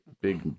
big